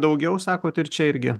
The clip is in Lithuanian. daugiau sakot ir čia irgi